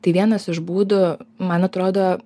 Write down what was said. tai vienas iš būdų man atrodo